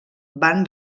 van